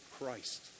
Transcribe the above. Christ